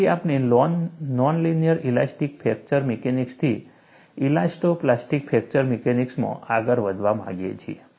તેથી આપણે non linear elastic fracture મિકેનિક્સથી ઇલાસ્ટો પ્લાસ્ટિક ફ્રેક્ચર મિકેનિક્સમાં આગળ વધવા માંગીએ છીએ